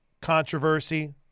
controversy